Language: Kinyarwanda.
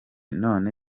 none